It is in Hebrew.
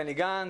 בני גנץ.